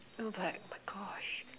no but my gosh